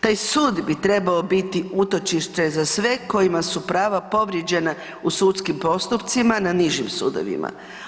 Taj sud bi trebao biti utočište za sve kojima su prava povrijeđena u sudskim postupcima na nižim sudovima.